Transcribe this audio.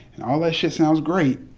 and all that shit sounds great,